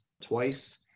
twice